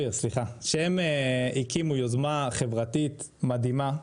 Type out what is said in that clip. שהן הקימו יוזמה חברתית מדהימה.